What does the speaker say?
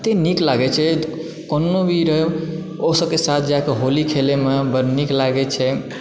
अते नीक लागै छै कोनो भी रहौ ओ सभके साथ जा कऽ होली खेलैमे बड़ नीक लागै छै